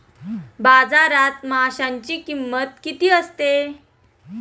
बाजारात माशांची किंमत किती असते?